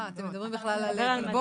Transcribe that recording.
אה, אתם מדברים בכלל על תלבושת.